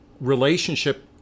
relationship